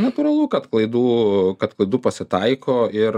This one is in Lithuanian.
natūralu kad klaidų kad klaidų pasitaiko ir